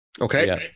Okay